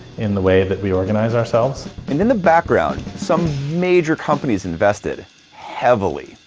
in the way that we organize ourselves. and in the background, some major companies invested heavily.